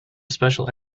special